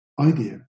idea